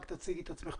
תציגי את עצמך.